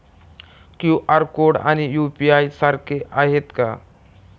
QR code आणि UPI सारखे आहेत का?